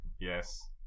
Yes